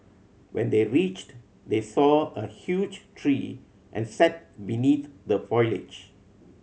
when they reached they saw a huge tree and sat beneath the foliage